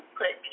put